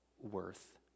worth